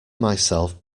myself